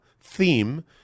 theme